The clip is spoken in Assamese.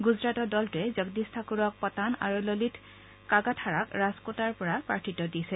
গুজৰাটত দলটোৱে জগদীশ ঠাকুৰক পতান আৰু ললিত কাগাথাৰাক ৰাজকোটৰ পৰা প্ৰাৰ্থিত্ব দিয়া হৈছে